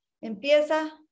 empieza